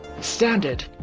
standard